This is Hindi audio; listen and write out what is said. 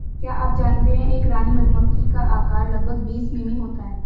क्या आप जानते है एक रानी मधुमक्खी का आकार लगभग बीस मिमी होता है?